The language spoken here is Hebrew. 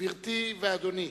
גברתי ואדוני,